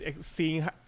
seeing